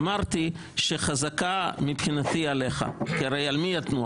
אמרתי שחזקה מבחינתי עליך, כי הרי על מי יתנו?